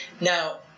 Now